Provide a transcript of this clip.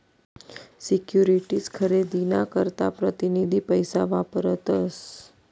securities खरेदी ना करता प्रतीनिधी पैसा वापरतस